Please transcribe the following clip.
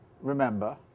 remember